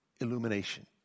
illumination